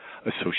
associate